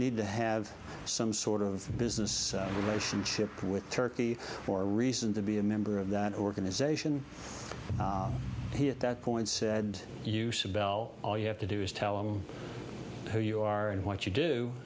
need to have some sort of business relationship with turkey for a reason to be a member of that organization he at that point said you said bell all you have to do is tell him who you are and what you do